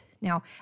Now